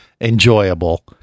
enjoyable